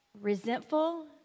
resentful